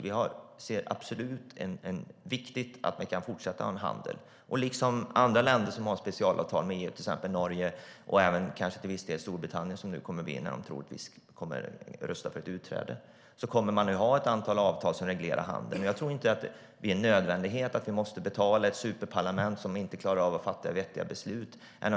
Det är viktigt att man kan fortsätta att ha en handel. Det finns andra länder som har specialavtal med EU, till exempel Norge och till viss del Storbritannien där man troligtvis röstar för ett utträde. Det kommer att finnas ett antal avtal som reglerar handel. Jag tror inte att det är nödvändigt att vi måste betala ett superparlament som inte klarar av att fatta vettiga beslut.